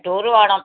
tour പോവണം